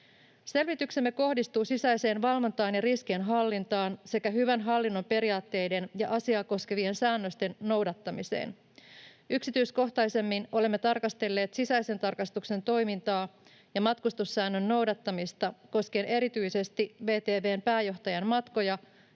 Selvityksemme kohdistui sisäiseen valvontaan ja riskienhallintaan sekä hyvän hallinnon periaatteiden ja asiaa koskevien säännösten noudattamiseen. Yksityiskohtaisemmin olemme tarkastelleet sisäisen tarkastuksen toimintaa ja matkustussäännön noudattamista koskien erityisesti VTV:n pääjohtajan matkoja,